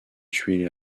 tuer